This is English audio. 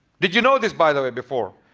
did you know this by the way before?